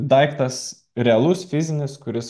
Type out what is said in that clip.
daiktas realus fizinis kuris